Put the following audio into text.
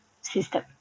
system